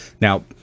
Now